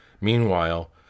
Meanwhile